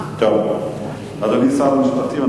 אדוני שר המשפטים,